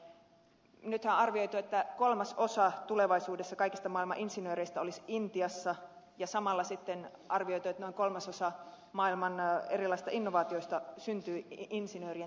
nythän on arvioitu että tulevaisuudessa kolmasosa kaikista maailman insinööreistä olisi intiassa ja samalla sitten on arvioitu että noin kolmasosa maailman erilaisista innovaatioista syntyisi insinöörien tekeminä